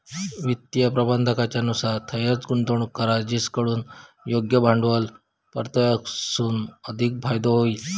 वित्तीय प्रबंधाकाच्या नुसार थंयंच गुंतवणूक करा जिकडसून योग्य भांडवल परताव्यासून अधिक फायदो होईत